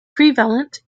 prevalent